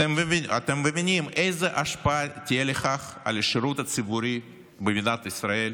אתם מבינים איזו השפעה תהיה לכך על השירות הציבורי במדינת ישראל?